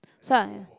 so I